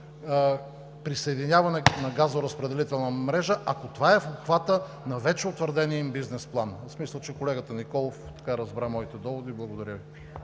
присъединяване на газоразпределителна мрежа, ако това е в обхвата на вече утвърдения им бизнес план. Колегата Николов разбра моите доводи. Благодаря Ви.